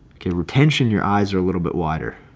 okay, retention, your eyes are a little bit wider,